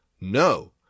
No